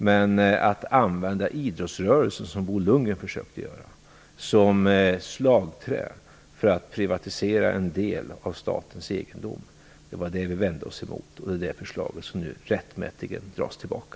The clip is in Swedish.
Men att använda idrottsrörelsen som slagträ, som Bo Lundgren försökte göra, för att privatisera en del av statens egendom, det vände vi oss emot. Det är detta förslag som nu rättmätigen dras tillbaka.